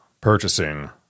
purchasing